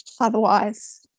otherwise